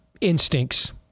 instincts